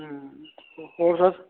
ਹਮ ਹੋਰ ਸਰ